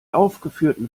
aufgeführten